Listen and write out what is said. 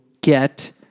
get